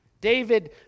David